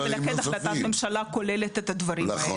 ולכן החלטת הממשלה כוללת את הדברים האלה,